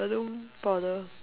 monster machine